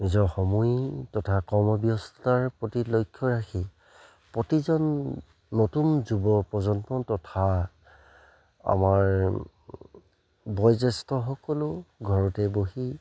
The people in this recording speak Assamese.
নিজৰ সময় তথা কৰ্মব্যস্ততাৰ প্ৰতি লক্ষ্য ৰাখি প্ৰতিজন নতুন যুৱ প্ৰজন্ম তথা আমাৰ বয়োজ্যেষ্ঠসকলেও ঘৰতে বহি